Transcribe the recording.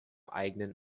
eigenen